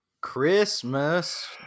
Christmas